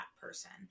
person